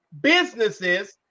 businesses